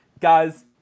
Guys